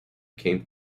came